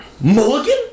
Mulligan